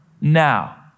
now